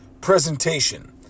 presentation